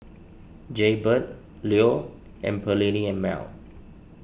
Jaybird Leo and Perllini and Mel